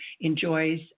enjoys